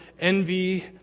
envy